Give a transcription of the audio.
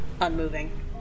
Unmoving